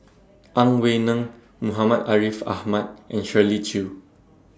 Ang Wei Neng Muhammad Ariff Ahmad and Shirley Chew